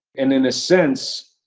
and in a sense.